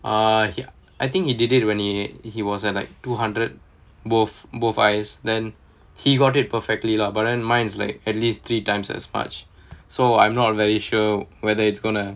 ah ya I think he did it when he he was at like two hundred both both eyes then he got it perfectly lah but then mine's like at least three times as much so I'm not very sure whether it's going to